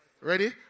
Ready